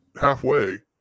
halfway